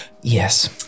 Yes